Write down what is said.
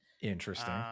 interesting